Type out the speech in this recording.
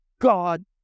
God